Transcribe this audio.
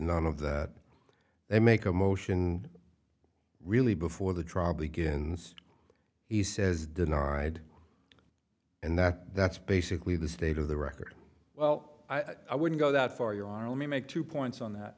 none of that they make a motion really before the trial begins he says denied and that that's basically the state of the record well i wouldn't go that far your honor let me make two points on that